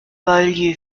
beaulieu